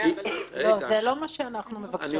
זה לא מה שאנחנו מבקשות.